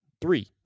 Three